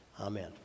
Amen